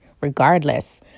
regardless